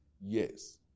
Yes